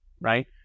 right